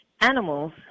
animals